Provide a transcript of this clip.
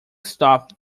stopped